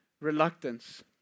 reluctance